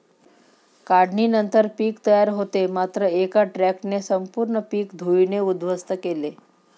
काढणीनंतर पीक तयार होते मात्र एका ट्रकने संपूर्ण पीक धुळीने उद्ध्वस्त केले